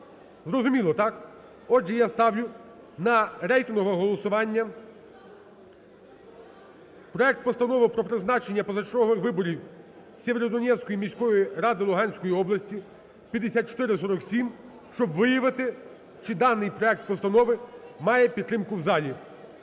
Зрозуміло, так? Отже, я ставлю на рейтингове голосування проект Постанови про призначення позачергових виборів Сєвєродонецької міської ради Луганської області (5447), щоб виявити, чи даний проект постанови має підтримку в залі.